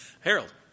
Harold